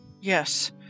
Yes